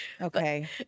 Okay